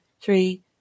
three